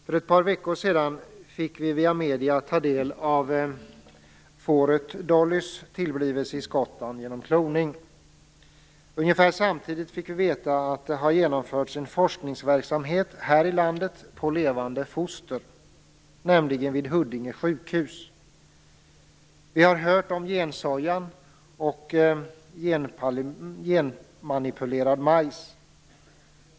För ett par veckor sedan fick vi via medierna ta del av fåret Dollys tillblivelse genom kloning i Skottland. Ungefär samtidigt fick vi veta att det har genomförts en forskningsverksamhet på levande foster här i landet, nämligen vid Huddinge sjukhus. Vi har hört talas om gensoja och genmanipulerad majs.